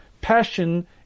Passion